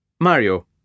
Mario